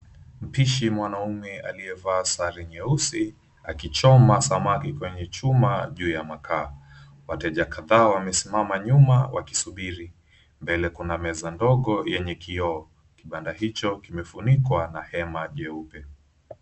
Mpishi mwanaume aliyevaa sare nyeusi akichoma samaki kwenye chuma juu ya makaa. Wateja kadhaa wamesimama nyuma wakisubiri, mbele kuna meza ndogo yenye kioo. Kibanda hicho kimefunikwa na hema jeupe.